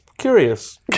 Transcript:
Curious